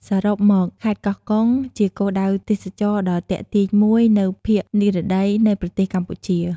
សរុបមក ខេត្តកោះកុង ជាគោលដៅទេសចរណ៍ដ៏ទាក់ទាញមួយនៅភាគនិរតីនៃប្រទេសកម្ពុជា។